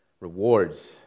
rewards